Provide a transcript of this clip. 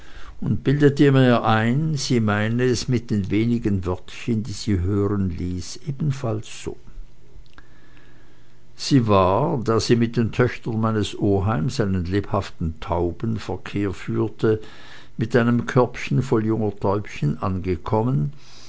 und bildete mir ein sie meine es mit den wenigen wörtchen die sie hören ließ ebenfalls so sie war da sie mit den töchtern meines oheims einen lebhaften taubenverkehr führte mit einem körbchen voll junger täubchen angekommen